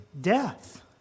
death